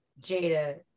jada